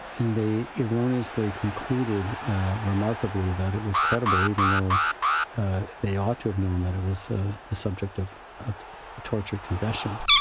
and they erroneously concluded remarkably, that it was credible even though they ought to have known that it was the subject of a torture confession.